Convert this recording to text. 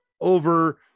over